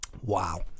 Wow